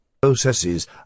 Processes